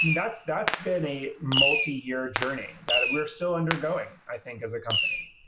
mean, that's that's been a multi-year journey that we're still undergoing, i think as a company.